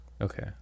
Okay